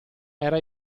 era